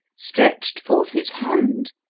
stretched forth his hand,